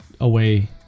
away